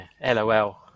LOL